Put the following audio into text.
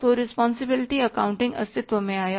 तो responsibility accounting अस्तित्व में आया